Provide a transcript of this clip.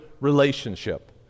Relationship